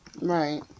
Right